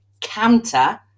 counter